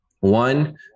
One